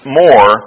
more